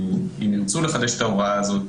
אם ירצו לחדש את ההוראה הזאת,